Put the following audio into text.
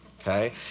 okay